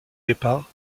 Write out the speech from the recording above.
départ